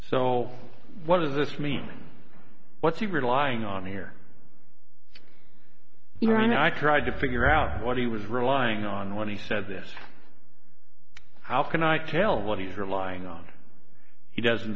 so what does this mean what's he relying on here right now i cried to figure out what he was relying on when he said this how can i tell what he's relying on he doesn't